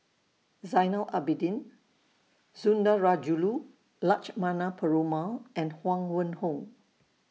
Zainal Abidin Sundarajulu Lakshmana Perumal and Huang Wenhong